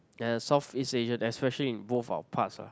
Southeast Asia especially in both our parts ah